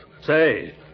Say